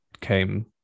came